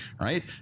right